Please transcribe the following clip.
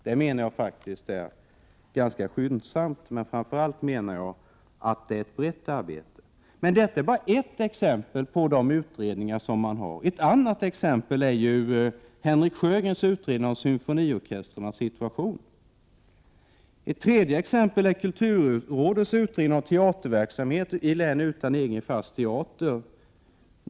Det är ett ganska skyndsamt arbete, men det är framför allt ett brett arbete. Det är bara ett exempel på utredningar som görs. Ett annat exempel är Henrik Sjögrens utredning om symfoniorkestrarnas situation. Ett tredje exempel är kulturrådets utredning om teaterverksamhet i län utan egen fast teater.